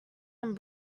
and